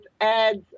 ads